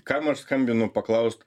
kam aš skambinu paklaust